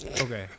okay